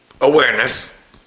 awareness